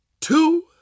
two